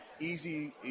easy